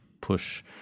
push